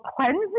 cleansing